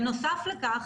בנוסף לכך,